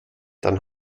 dann